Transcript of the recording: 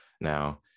now